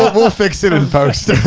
but we'll ah fix it in post.